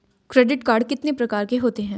Credit card कितने प्रकार के होते हैं?